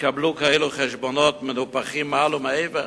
יקבלו כאלה חשבונות מנופחים, מעל ומעבר